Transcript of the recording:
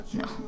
no